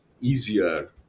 easier